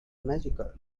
magical